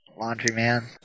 Laundryman